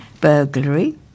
burglary